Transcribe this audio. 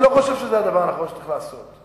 לא חושב שזה הדבר הנכון שצריך לעשות.